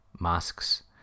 masks